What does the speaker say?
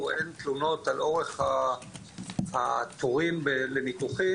אין תלונות על אורך התורים לניתוחים,